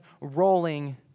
rolling